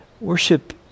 Worship